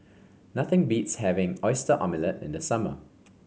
nothing beats having Oyster Omelette in the summer